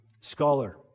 scholar